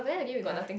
yea